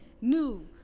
new